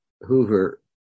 Hoover